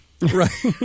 Right